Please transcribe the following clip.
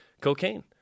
cocaine